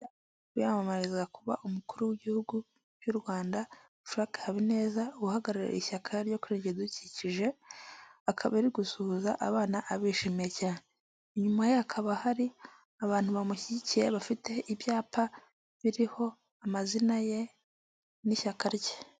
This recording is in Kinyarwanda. Wiyamamariza kuba umukuru w'igihugu cy'u Rwanda, Frank Habineza uhagarariye ishyaka ryo kurengera ibidukikije, akaba ari gusuhuza abantu abishimiye cyane. Inyuma hakaba hari abantu bamushyigikiye bafite ibyapa biriho amazina ye, n'ishyaka rye.